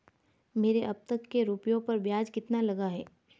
मेरे अब तक के रुपयों पर ब्याज कितना लगा है?